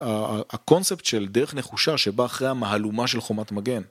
הקונספט של דרך נחושה שבא אחרי המהלומה של חומת מגן.